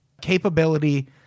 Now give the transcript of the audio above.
capability –